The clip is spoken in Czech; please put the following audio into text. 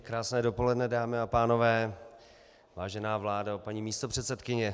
Krásné dopoledne, dámy a pánové, vážená vládo, paní místopředsedkyně.